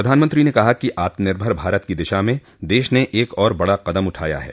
प्रधानमंत्री ने कहा कि आत्मनिर्भर भारत की दिशा में देश ने एक और बड़ा कदम उठाया है